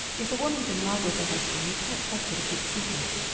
if a woman's in love with her husband you can't trust her to keep a secret,